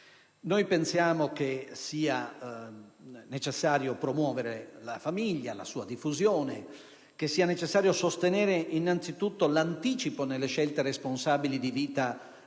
Noi pensiamo che sia necessario promuovere la famiglia e la sua diffusione, che sia necessario sostenere anzitutto l'anticipo nelle scelte responsabili di vita dei